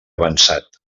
avançat